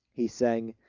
he sang,